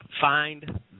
Find